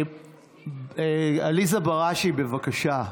עליזה בראשי, בבקשה.